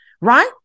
Right